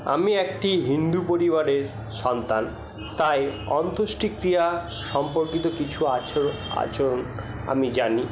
আমি একটি হিন্দু পরিবারের সন্তান তাই অন্ত্যোষ্টি ক্রিয়া সম্পর্কিত কিছু আচরণ আচরণ আমি জানি